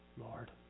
Lord